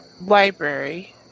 library